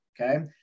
Okay